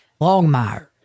Longmire